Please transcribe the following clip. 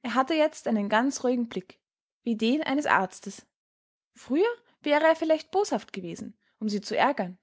er hatte jetzt einen ganz ruhigen blick wie den eines arztes früher wäre er vielleicht boshaft gewesen um sie zu ärgern